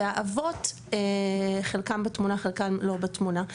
והאבות, חלקם בתמונה, חלקם לא בתמונה.